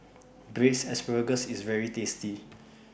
Braised Asparagus IS very tasty